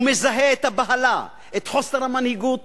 הוא מזהה את הבהלה, את חוסר המנהיגות,